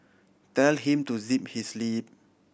tell him to zip his lip